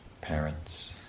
parents